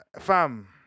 Fam